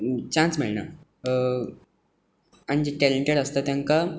chance मेळना आनी जे टॅलंटीड आसता तांकां